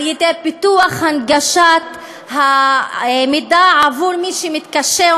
על-ידי פיתוח הנגשת המידע עבור מי שמתקשה,